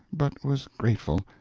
but was grateful.